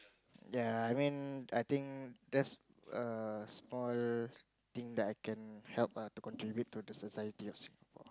ya I mean I think that's err small thing that I can help ah to contribute to the society of Singapore